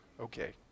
Okay